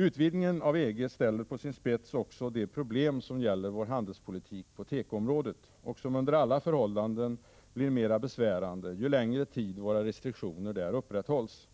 Utvidgningen av EG ställer på sin spets också de problem som gäller vår handelspolitik på tekoområdet och som under alla förhållanden blir mera besvärande ju längre tid våra restriktioner där upprätthålls.